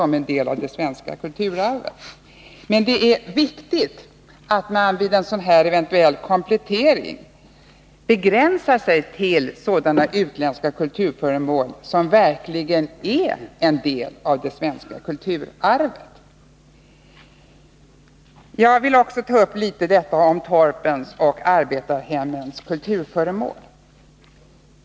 Men det är viktigt att man vid en eventuell komplettering begränsar sig till sådana utländska kulturföremål som verkligen är en del av det svenska kulturarvet. Jag vill också säga några ord om torpens och arbetarhemmens kulturföremål.